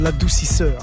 l'adoucisseur